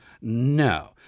No